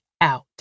out